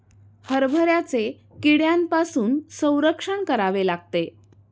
हरभऱ्याचे कीड्यांपासून संरक्षण करावे लागते